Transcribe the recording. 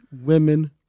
women